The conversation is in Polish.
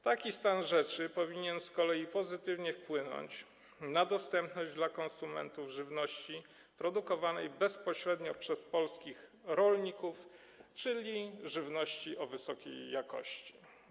Taki stan rzeczy powinien z kolei pozytywnie wpłynąć na dostępność dla konsumentów żywności produkowanej bezpośrednio przez polskich rolników, czyli żywności o wysokiej jakości.